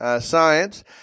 Science